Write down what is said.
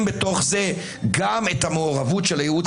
בתוך זה גם את המעורבות של הייעוץ המשפטי?